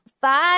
five